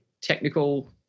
technical